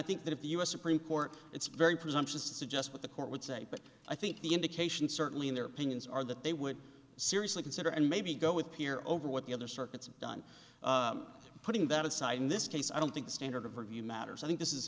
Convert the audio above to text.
think that if the u s supreme court it's very presumptuous to suggest what the court would say but i think the indications certainly in their opinions are that they would seriously consider and maybe go with peer over what the other circuits have done putting that aside in this case i don't think the standard of review matters i think this is